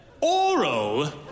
oral